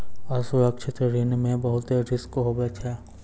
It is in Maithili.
असुरक्षित ऋण मे बहुते रिस्क हुवै छै